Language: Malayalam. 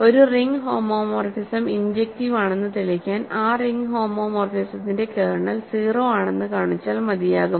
ഒരു റിംഗ് ഹോമോമോർഫിസം ഇൻജെക്ടിവ് ആണെന്ന് തെളിയിക്കാൻ ആ റിംഗ് ഹോമോമോർഫിസത്തിന്റെ കേർണൽ 0 ആണെന്ന് കാണിച്ചാൽ മതിയാകും